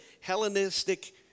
Hellenistic